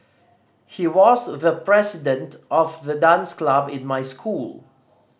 he was the president of the dance club in my school